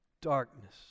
darkness